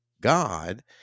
God